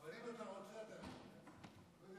אבל אם אתה רוצה, אתה יכול לענות.